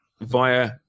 via